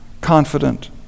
confident